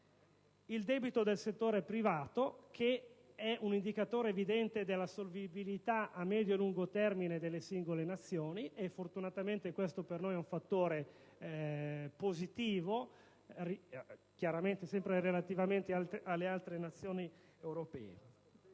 del debito del settore privato (che è evidente indicatore della solvibilità a medio e lungo termine delle singole Nazioni: e fortunatamente, questo per noi è un fattore positivo, chiaramente sempre in relazione alle altre Nazioni europee),